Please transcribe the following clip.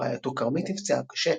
רעייתו, כרמית, נפצעה קשה.